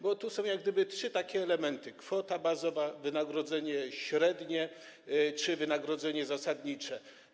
Bo tu są jak gdyby trzy elementy: kwota bazowa, wynagrodzenie średnie i wynagrodzenie zasadnicze.